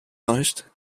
reicht